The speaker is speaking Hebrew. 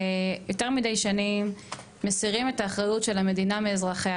ויותר מדי שנים מסירים את האחריות של המדינה מאזרחיה.